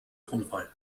tonfall